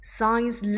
Science